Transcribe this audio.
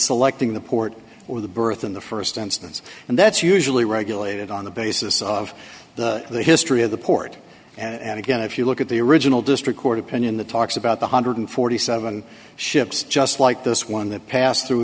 selecting the port or the birth in the st instance and that's usually regulated on the basis of the history of the port and again if you look at the original district court opinion that talks about the one hundred and forty seven ships just like this one that passed through